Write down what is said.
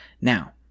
now